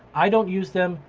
i don't use them,